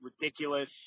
ridiculous